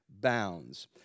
bounds